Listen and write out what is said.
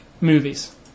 Movies